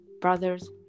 brother's